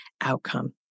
outcome